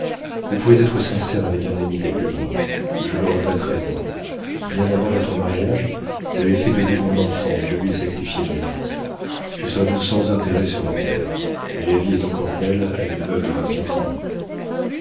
vous pouvez être sincère avec un ami tel que moi je le regretterai moi bien avant votre mariage j'avais fait de lui mon enfant et je lui ai sacrifié ma vie je serai donc sans intérêt sur la terre mais la vie est encore belle à une veuve de vingt-quatre ans